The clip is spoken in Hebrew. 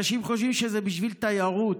אנשים חושבים שזה בשביל תיירות.